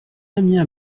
damien